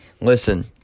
Listen